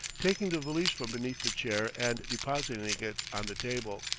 taking the valise from beneath the chair and depositing it on the table.